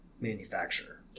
manufacturer